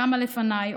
קמה לפניי,